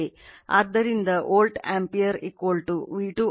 ಆದ್ದರಿಂದ volt ampere V2 I2 ನಲ್ಲಿ transformer rating